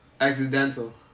Accidental